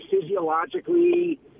physiologically